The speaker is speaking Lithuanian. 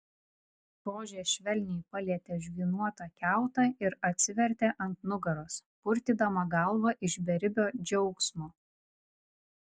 rožė švelniai palietė žvynuotą kiautą ir atsivertė ant nugaros purtydama galvą iš beribio džiaugsmo